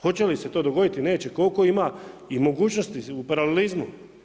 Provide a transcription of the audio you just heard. Hoće li se to dogoditi, neće, koliko ima i mogućnosti u paralelizmu.